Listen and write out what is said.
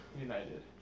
United